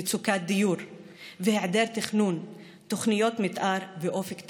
מצוקת דיור והיעדר תכנון תוכניות מתאר ואופק תעסוקתי.